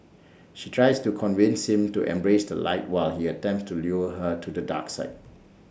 she tries to convince him to embrace the light while he attempts to lure her to the dark side